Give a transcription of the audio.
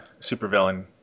supervillain